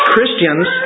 Christians